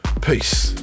peace